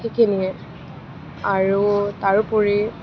সেইখিনিয়েই আৰু তাৰোপৰি